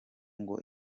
ngo